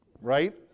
Right